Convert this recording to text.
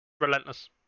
Relentless